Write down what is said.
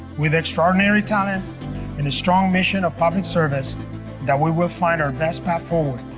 with extraordinary talent and a strong mission of public service that we will find our best path forward.